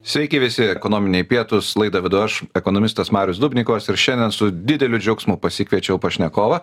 sveiki visi ekonominiai pietūs laidą vedu aš ekonomistas marius dubnikovas ir šiandien su dideliu džiaugsmu pasikviečiau pašnekovą